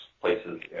places